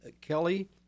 Kelly